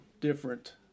different